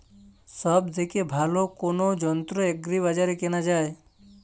সব থেকে ভালো কোনো যন্ত্র এগ্রি বাজারে কেনা যায়?